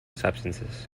substances